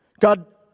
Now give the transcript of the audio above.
God